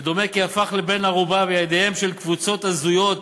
ודומה כי הפך לבן-ערובה בידיהן של קבוצות הזויות